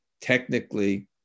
technically